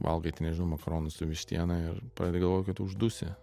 valgai ten nežinau makaronus su vištiena ir pradedi galvot kad tu uždusi